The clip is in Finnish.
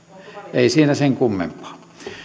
ei siinä sen kummempaa